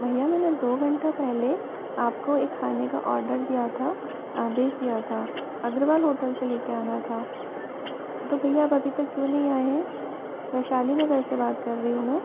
भैया मैंने दो घंटा पहले आपको एक खाने का ऑर्डर दिआ था आदेश दिया था अग्रवाल होटल से लेकर आना था तो भैया आप अभी तक क्यों नहीं आए हैं वैशाली नगर से बात कर रही हूँ मैं